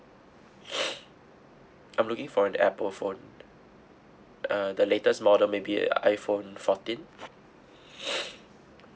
I'm looking for an apple phone uh the latest lor the maybe a iPhone fourteen